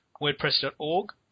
WordPress.org